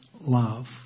love